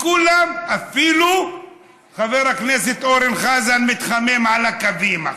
אפילו חבר הכנסת אורן חזן מתחמם על הקווים עכשיו.